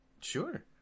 sure